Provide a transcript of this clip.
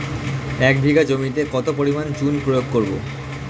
এক বিঘা জমিতে কত পরিমাণ চুন প্রয়োগ করব?